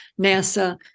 NASA